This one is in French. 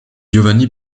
giovanni